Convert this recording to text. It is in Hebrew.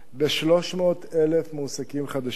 ב-300,000 מועסקים חדשים,